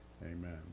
Amen